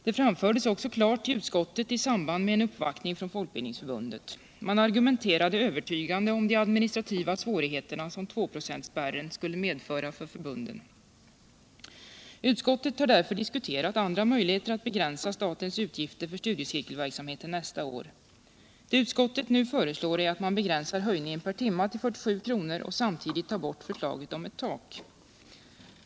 Det framfördes också klart till utskottet i samband med en uppvaktning från Folkbildningsförbundet. Man argumenterade övertygande om de administrativa svårigheter som tvåprocentsspärren skulle medföra för förbunden. Utskottet har därför diskuterat andra möjligheter att begränsa statens utgifter för studiecirkelverksamheten nästa år. Det utskottet nu föreslår är att man begränsar höjningen per timme till 47 kr. och samtidigt tar bort förslaget om ett tak.